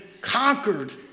conquered